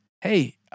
Hey